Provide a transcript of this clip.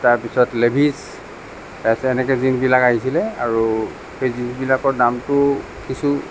তাৰপিছত লেভিছ তাৰপিছত এনেকে জীনছবিলাক আহিছিলে আৰু সেই জীনছবিলাকৰ দামটো কিছু